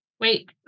Wait